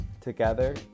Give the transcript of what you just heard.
together